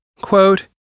Quote